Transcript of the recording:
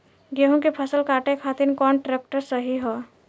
गेहूँ के फसल काटे खातिर कौन ट्रैक्टर सही ह?